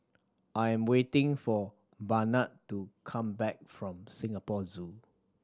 I am waiting for Barnard to come back from Singapore Zoo